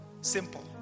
simple